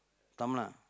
தமிழன்:thamizhan